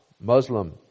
Muslim